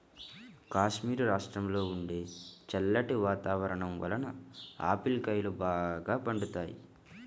కాశ్మీరు రాష్ట్రంలో ఉండే చల్లటి వాతావరణం వలన ఆపిల్ కాయలు బాగా పండుతాయి